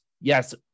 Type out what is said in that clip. yes